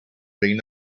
been